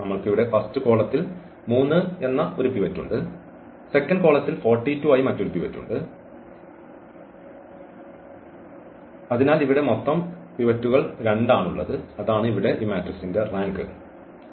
നമ്മൾക്ക് ഇവിടെ ഫസ്റ്റ് കോളത്തിൽ 3 എന്ന് ഒരു പിവറ്റ് ഉണ്ട് സെക്കൻഡ് കോളത്തിൽ 42 ആയി മറ്റൊരു പിവറ്റ് ഉണ്ട് അതിനാൽ ഇവിടെ മൊത്തം പിവറ്റുകൾ 2 ഉണ്ട് അതാണ് ഇവിടെ ഈ മാട്രിക്സിന്റെ റാങ്ക് 2